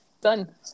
Done